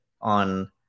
on